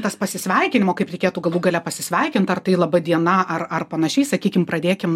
tas pasisveikinimo kaip reikėtų galų gale pasisveikint ar tai laba diena ar ar panašiai sakykim pradėkim